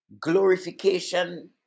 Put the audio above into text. glorification